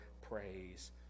praise